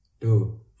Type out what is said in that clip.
two